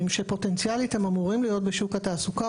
שפוטנציאלית הם אמורים להיות בשוק התעסוקה.